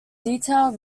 detailed